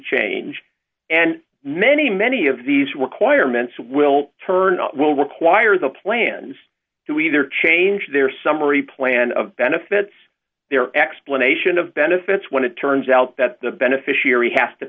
change and many many of these requirements will turn out will require the plans to either change their summary plan of benefits their explanation of benefits when it turns out that the beneficiary